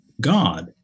God